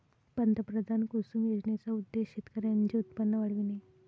पंतप्रधान कुसुम योजनेचा उद्देश शेतकऱ्यांचे उत्पन्न वाढविणे